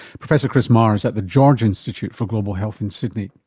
professor chris maher is at the george institute for global health in sydney.